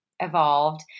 evolved